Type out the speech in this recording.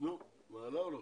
או לא?